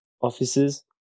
offices